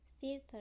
theater